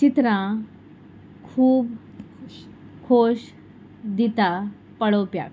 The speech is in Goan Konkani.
चित्रां खूब खोश दिता पळोवप्याक